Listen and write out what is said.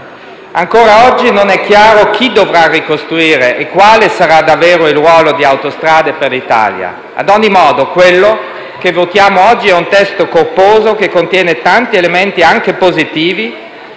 Ancora oggi non è chiaro chi dovrà ricostruire e quale sarà davvero il ruolo di Autostrade per l'Italia. Ad ogni modo, quello che votiamo oggi è un testo corposo che contiene tanti elementi anche positivi